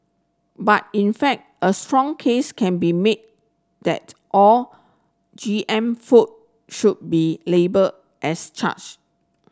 but in fact a strong case can be made that all G M food should be labelled as